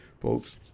folks